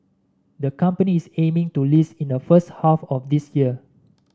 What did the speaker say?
the company is aiming to list in the first half of this year